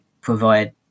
provide